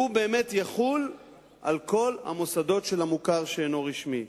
הוא באמת יחול על כל המוסדות של המוכר שאינו רשמי.